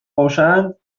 باشند